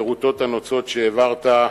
מרוטות הנוצות שהעברת,